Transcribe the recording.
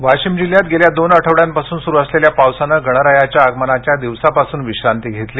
पाऊस वाशिम जिल्ह्यात गेल्या दोन आठवड्यापासून सुरू असलेल्या पावसाने गणरायाच्या आगमनाच्या दिवसापासून विश्रांती घेतली